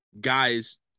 guys